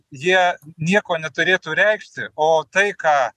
jie nieko neturėtų reikšti o tai ką